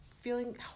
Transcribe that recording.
feeling